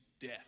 death